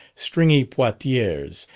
stringy portieres,